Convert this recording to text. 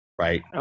right